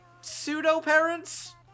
pseudo-parents